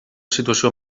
situació